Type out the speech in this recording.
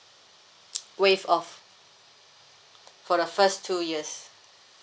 waived off for the first two years